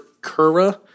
Kura